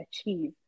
achieve